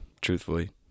truthfully